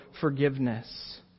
forgiveness